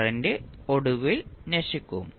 current ഒടുവിൽ നശിക്കും